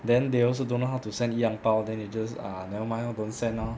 then they also don't know how to send E ang pao then you just ah never mind lor don't send lor